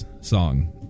song